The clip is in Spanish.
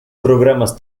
programas